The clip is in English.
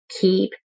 Keep